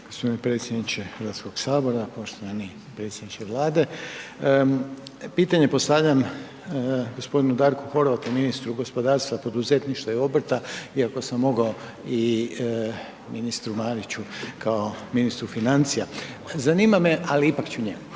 Poštovani predsjedniče HS-a, poštovani predsjedniče Vlade. Pitanje postavljam g. Darku Horvatu, ministru gospodarstva, poduzetništva i obrta iako sam mogao i ministru Mariću, kao ministru financija. Zanima me, ali ipak ću njemu.